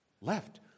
left